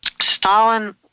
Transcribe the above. Stalin –